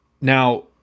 Now